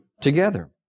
together